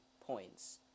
points